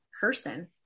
person